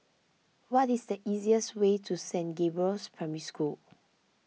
what is the easiest way to Saint Gabriel's Primary School